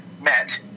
met